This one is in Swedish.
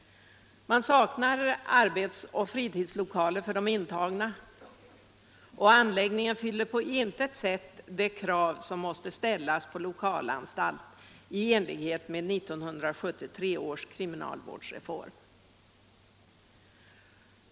Man saknar arbetsoch fritidslokaler för de intagna och anläggningen fyller på intet sätt de krav som måste ställas på en lokalanstalt i enlighet med 1973 års kriminalvårdsreform.